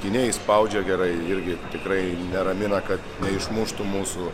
gynėjai spaudžia gerai irgi tikrai neramina kad neišmuštų mūsų